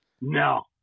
no